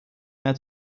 mehr